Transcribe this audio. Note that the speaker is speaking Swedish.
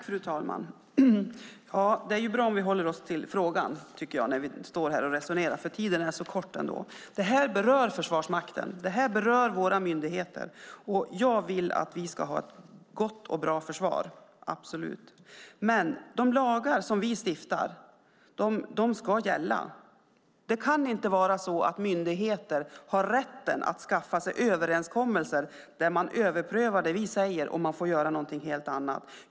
Fru talman! Det är bra om vi håller oss till frågan när vi resonerar, för vi har ändå så kort tid på oss. Det här berör Försvarsmakten, det här berör våra myndigheter. Jag vill att vi ska ha ett gott och bra försvar, absolut, men de lagar som vi stiftar ska gälla. Det kan inte vara så att myndigheter har rätten att skaffa sig överenskommelser där man överprövar det vi säger och får göra någonting helt annat.